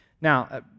Now